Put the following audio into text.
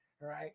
right